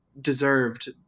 deserved